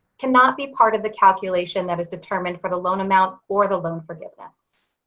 cannot be part of the calculation that is determined for the loan amount or the loan forgiveness.